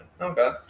Okay